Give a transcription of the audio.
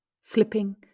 slipping